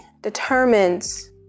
determines